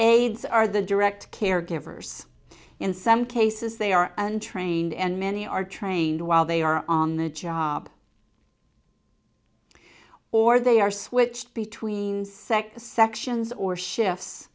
aides are the direct caregivers in some cases they are untrained and many are trained while they are on the job or they are switched between sector sections or shifts